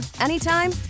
anytime